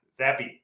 Zappy